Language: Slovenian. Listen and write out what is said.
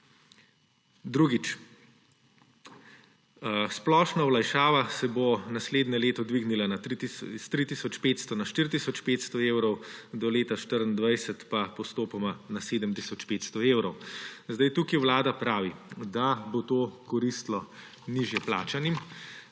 Drugič. Splošna olajšava se bo naslednje leto dvignila s 3 tisoč 500 na 4 tisoč 500 evrov, do leta 2024 pa postopoma na 7 tisoč 500 evrov. Tukaj Vlada pravi, da bo to koristilo nižje plačanim,